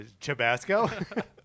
Chabasco